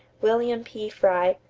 william p. frye,